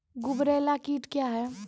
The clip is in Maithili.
गुबरैला कीट क्या हैं?